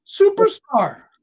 Superstar